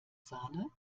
sahne